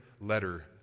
letter